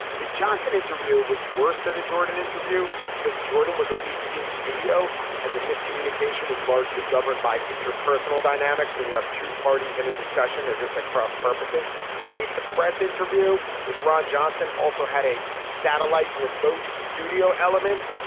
the johnson interview was worse than the jordan interview because jordan was at least in studio and the miscommunication was largely governed by interpersonal dynamics when you have two parties in a discussion they're just at cross purposes but the meet the press interview with ron johnson also had a satellite remote studio element.